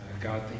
God